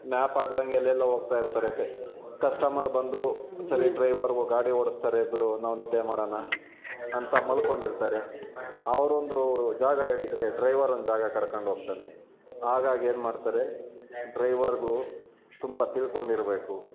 map ಹಾಕ್ದಂಗೆಲ್ಲೆಲ್ಲೋ ಹೋಗ್ತಾಯಿರ್ತರೆ customer ಬಂದು ಸರಿ ಡ್ರೈವರು ಗಾಡಿ ಓಡಿಸ್ತಾರೆ ಬಿಡು ನಾವು ನಿದ್ದೆ ಮಾಡೋಣ ಅಂತ ಮಲ್ಕೊಂಡಿರ್ತಾರೆ ಅವರೊಂದು ಜಾಗ ಹೇಳಿದ್ರೆ ಡ್ರೈವರ್ ಒಂದು ಜಾಗಕ್ಕೆ ಕರ್ಕಂಡೋಗ್ತಾನೆ ಆಗಾಗ ಏನು ಮಾಡ್ತಾರೆ ಡ್ರೈವರ್ಗಳು ತುಂಬ ತಿಳ್ಕೊಂಡಿರಬೇಕು